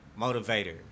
Motivator